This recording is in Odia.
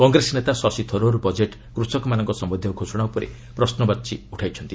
କଂଗ୍ରେସ ନେତା ଶଶି ଥରୁର୍ ବଜେଟ୍ କୃଷକମାନଙ୍କ ସମ୍ଭନ୍ଧୀୟ ଘୋଷଣା ଉପରେ ପ୍ରଶ୍ରବାଚୀ ଉଠାଇଛନ୍ତି